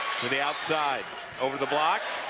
to the outside over the block,